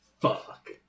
fuck